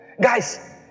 Guys